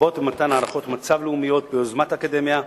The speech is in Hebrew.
לרבות מתן הערכות מצב לאומיות ביוזמת האקדמיה,